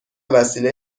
وسیله